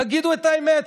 תגידו את האמת.